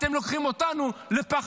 אתם לוקחים אותנו לפח